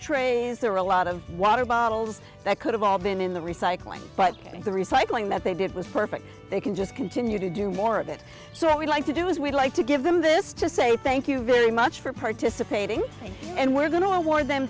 trays there a lot of water bottles that could have all been in the recycling but the recycling that they did was perfect they can just continue to do more of it so we'd like to do is we'd like to give them this to say thank you very much for participating and we're going to